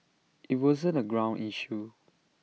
IT wasn't A ground issue